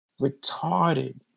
Retarded